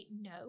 no